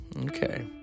Okay